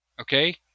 okay